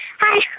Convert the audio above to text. Hi